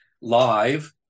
live